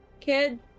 kid